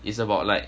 it's about like